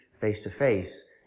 face-to-face